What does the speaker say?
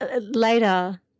later